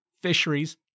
fisheries